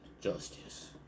justice